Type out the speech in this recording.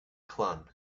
clun